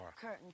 curtain